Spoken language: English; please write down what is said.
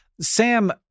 Sam